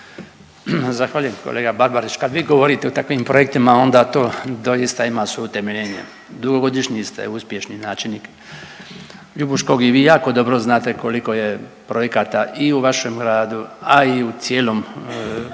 zahvaljujem kolega Barbarić. Kad vi govorite o takvim projektima onda to doista ima suutemeljenje. Dugogodišnji ste uspješni načelnik Ljubuškog i vi jako dobro znate koliko je projekata i u vašeg gradu, a i u cijelom prostoru